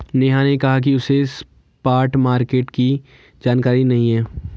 नेहा ने कहा कि उसे स्पॉट मार्केट की जानकारी नहीं है